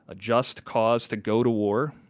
just cause to go to war,